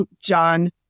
John